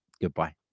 Goodbye